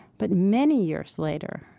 but many years later,